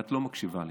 ואת לא מקשיבה לי,